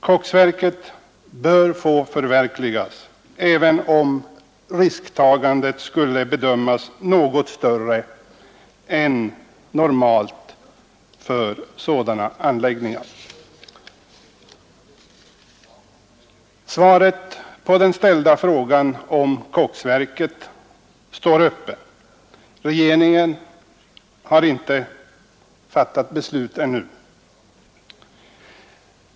Koksverket bör också få förverkligas, även om risktagandet skulle bedömas som något större än normalt för sådana anläggningar. Svaret på den ställda frågan har ännu ej lämnats. Regeringen har ännu inte fattat något beslut.